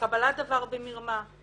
קבלת דבר במרמה,